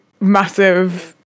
massive